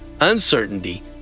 uncertainty